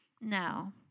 no